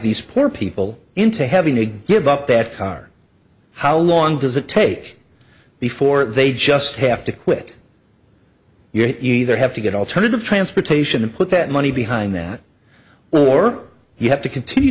these poor people into having to give up that car how long does it take before they just have to quit you either have to get alternative transportation and put that money behind that well or you have to continue